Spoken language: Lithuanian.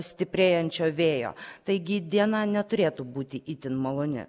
stiprėjančio vėjo taigi diena neturėtų būti itin maloni